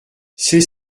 c’est